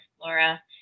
Laura